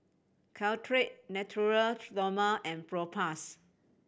Caltrate Natura Stoma and Propass